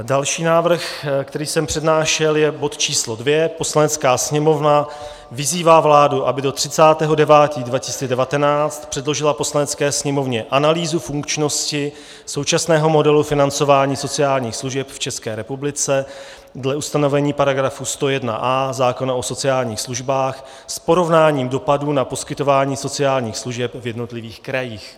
Další návrh, který jsem přednášel, je bod číslo 2: Poslanecká sněmovna vyzývá vládu, aby do 30. 9. 2019 předložila Poslanecké sněmovně analýzu funkčnosti současného modelu financování sociálních služeb v České republice dle ustanovení § 101a zákona o sociálních službách s porovnáním dopadů na poskytování sociálních služeb v jednotlivých krajích.